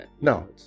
No